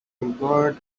employed